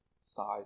size